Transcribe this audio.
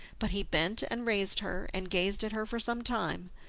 but he bent and raised her, and gazed at her for some time,